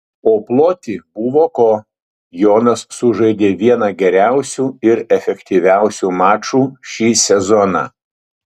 o ploti buvo ko jonas sužaidė vieną geriausių ir efektyviausių mačų šį sezoną